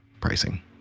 pricing